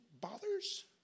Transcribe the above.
bothers